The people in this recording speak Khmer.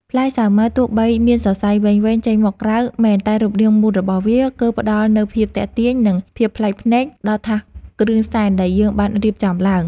ផ្លែសាវម៉ាវទោះបីមានសសៃវែងៗចេញមកក្រៅមែនតែរូបរាងមូលរបស់វាគឺផ្តល់នូវភាពទាក់ទាញ និង ភាពប្លែកភ្នែកដល់ថាសគ្រឿងសែនដែលយើងបានរៀបចំឡើង។